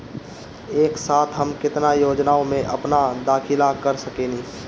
एक साथ हम केतना योजनाओ में अपना दाखिला कर सकेनी?